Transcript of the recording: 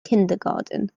kindergarten